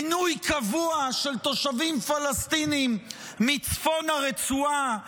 לפינוי קבוע של תושבים פלסטינים מצפון הרצועה,